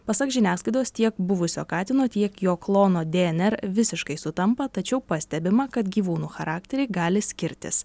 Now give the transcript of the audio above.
pasak žiniasklaidos tiek buvusio katino tiek jo klono dnr visiškai sutampa tačiau pastebima kad gyvūnų charakteriai gali skirtis